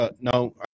No